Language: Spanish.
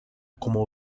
como